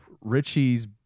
Richie's